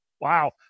Wow